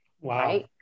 wow